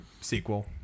sequel